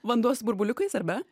vanduo su burbuliukais ar be